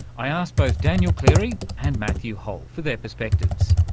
i asked both daniel clery and matthew hole for their perspectives.